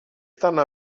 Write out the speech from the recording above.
stanno